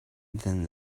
then